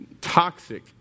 toxic